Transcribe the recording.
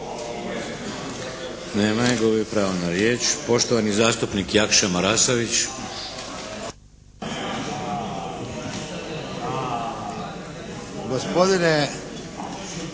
Nema je, gubi pravo na riječ. Poštovani zastupnik Jakša Marasović.